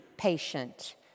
Patient